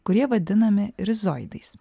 kurie vadinami rizoidais